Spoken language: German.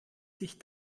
sich